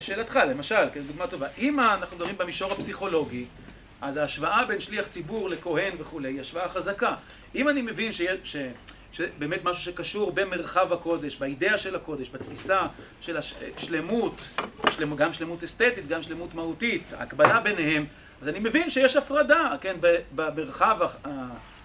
שאלתך למשל, כן, דוגמא טובה. אם אנחנו מדברים במישור הפסיכולוגי, אז ההשוואה בין שליח ציבור לכהן וכולי היא השוואה חזקה, אם אני מבין שבאמת משהו שקשור במרחב הקודש, באידיאה של הקודש, בתפיסה של שלמות, גם שלמות אסתטית, גם שלמות מהותית, ההקבלה ביניהם, אז אני מבין שיש הפרדה, כן, במרחב